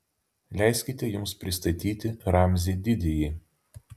leiskite jums pristatyti ramzį didįjį